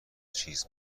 چیز